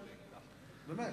באמת.